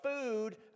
food